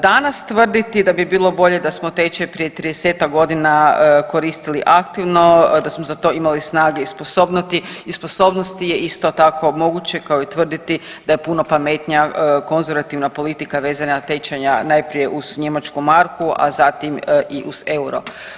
Danas tvrditi da bi bilo bolje da smo tečaj prije 30-tak godina koristili aktivno, da smo za to imali snage i sposobnosti je isto tako moguće kao i tvrditi da je puno pametnija konzervativna politika vezanja tečaja najprije uz njemačku marku, a zatim i uz euro.